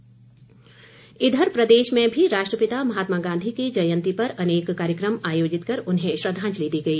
राष्ट्रपिता इधर प्रदेश में भी राष्ट्रपिता महात्मा गांधी की जयंती पर अनेक कार्यक्रम आयोजित कर उन्हें श्रद्वांजलि दी गई